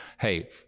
hey